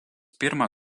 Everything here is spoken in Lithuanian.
pirmą